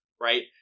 Right